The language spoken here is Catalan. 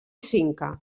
cinca